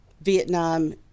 Vietnam